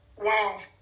Wow